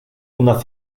una